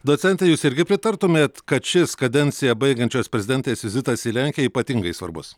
docente jūs irgi pritartumėt kad šis kadenciją baigiančios prezidentės vizitas į lenki ypatingai svarbus